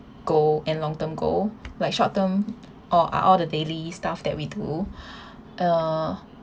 goal and long term goal like short term or are all the daily stuff that we do uh